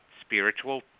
spiritual